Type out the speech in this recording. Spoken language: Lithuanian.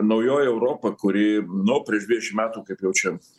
naujoji europa kuri nu prieš dvidešimt metų kaip jau čia